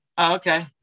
okay